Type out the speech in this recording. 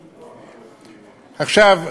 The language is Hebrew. עכשיו,